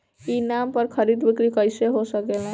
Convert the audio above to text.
ई नाम पर खरीद बिक्री कैसे हो सकेला?